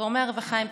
גורמי הרווחה הם,